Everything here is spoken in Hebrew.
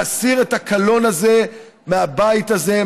להסיר את הקלון הזה מהבית הזה,